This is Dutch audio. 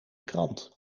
krant